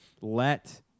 let